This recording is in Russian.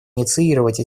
инициировать